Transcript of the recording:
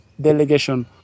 delegation